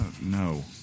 No